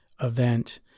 event